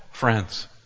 Friends